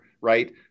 right